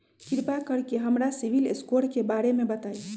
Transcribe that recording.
कृपा कर के हमरा सिबिल स्कोर के बारे में बताई?